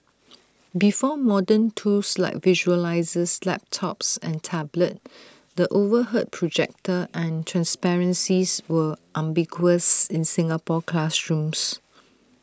before modern tools like visualisers laptops and tablets the overhead projector and transparencies were ubiquitous in Singapore classrooms